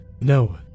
no